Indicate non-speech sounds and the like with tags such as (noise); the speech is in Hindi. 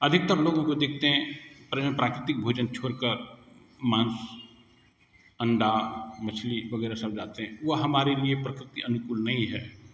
अधिकतर लोगों को देखते हैं (unintelligible) प्राकृतिक भोजन छोड़कर मांस अंडा मछली वगैरह सब (unintelligible) हैं वह हमारे लिए प्रकृति अनुकूल नहीं है